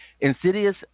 Insidious